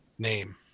name